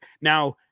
Now